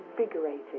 invigorating